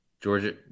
Georgia